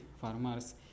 farmers